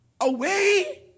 away